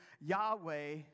Yahweh